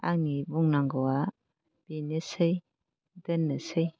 आंनि बुंनांगौआ बेनोसै दोननोसै